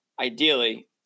ideally